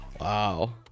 Wow